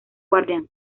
guardián